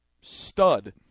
stud